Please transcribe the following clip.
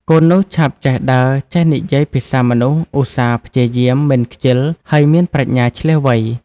កូននោះឆាប់ចេះដើរ ចេះនិយាយភាសាមនុស្ស ឧស្សាហ៍ ព្យាយាម មិនខ្ជិល ហើយមានប្រាជ្ញាឈ្លាសវៃ។